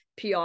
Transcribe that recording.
PR